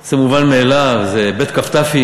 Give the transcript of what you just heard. זה מובן מאליו, זה בכ"תים.